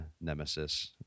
nemesis